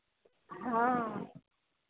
हाँ